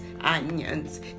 onions